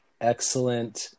excellent